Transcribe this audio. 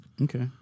Okay